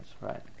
right